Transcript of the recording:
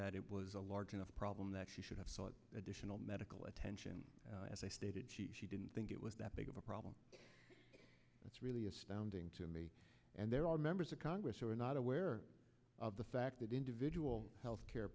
that it was a large enough problem that she should have sought additional medical attention as i stated she didn't think it was that big of a problem that's really astounding to me and there are members of congress who are not aware of the fact that individual health care